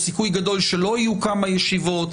ישיבות או סיכוי גדול שלא יהיו כמה ישיבות.